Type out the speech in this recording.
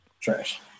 Trash